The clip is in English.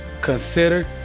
consider